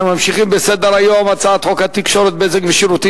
אנחנו ממשיכים בסדר-היום: הצעת חוק התקשורת (בזק ושידורים)